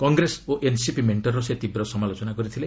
କଂଗ୍ରେସ ଓ ଏନସିପି ମେଣ୍ଟର ସେ ତୀବ୍ର ସମାଲୋଚନା କରିଥିଲେ